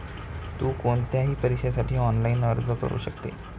तु कोणत्याही परीक्षेसाठी ऑनलाइन अर्ज करू शकते